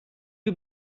you